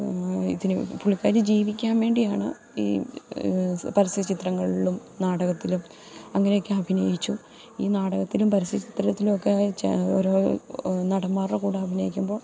ഇതിന് പുള്ളിക്കാരി ജീവിക്കാൻ വേണ്ടിയാണ് ഈ പരസ്യ ചിത്രങ്ങളിലും നാടകത്തിലും അങ്ങനെയൊക്കെ അഭിനയിച്ചു ഈ നാടകത്തിലും പരസ്യ ചിത്രത്തിലൊക്കെ ഓരോ നടന്മാരുടെ കൂടെ അഭിനയിക്കുമ്പോൾ